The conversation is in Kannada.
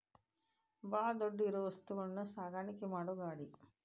ಬಾಳ ದೊಡ್ಡ ಇರು ವಸ್ತುಗಳನ್ನು ಸಾಗಣೆ ಮಾಡು ಗಾಡಿ